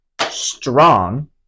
strong